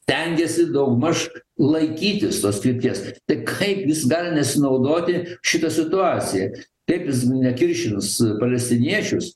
tengėsi daugmaž laikytis tos krypties tai kaip jis gali nesinaudoti šita situacija kaip jis nekiršins palestiniečius